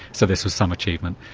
so this was some achievement.